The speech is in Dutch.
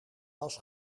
was